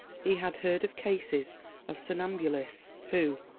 he had heard of cases of somnambulists who,